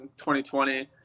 2020